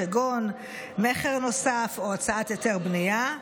כגון מכר נוסף או הוצאת היתר בנייה,